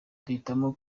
duhitamo